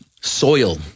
soil